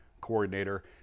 coordinator